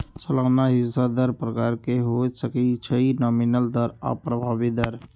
सलाना हिस्सा दर प्रकार के हो सकइ छइ नॉमिनल दर आऽ प्रभावी दर